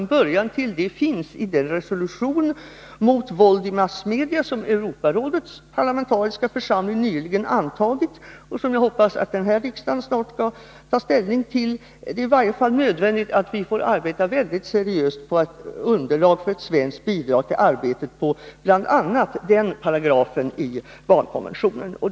En bra början finns i den resolution mot våld i massmedia som Europarådets parlamentariska församling nyligen antagit och som jag hoppas att riksdagen snart skall ta ställning till. Det är i varje fall nödvändigt att vi får arbeta mycket seriöst på att få fram ett svenskt bidrag, bl.a. när det gäller den paragrafen i barnkonventionen.